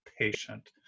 patient